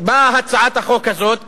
באה הצעת החוק הזאת,